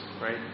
right